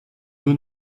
nur